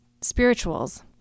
spirituals